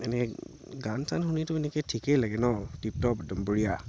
এনেই গান চান শুনিতো এনেকৈ ঠিকে লাগে ন টিপটপ একদম বঢ়িয়া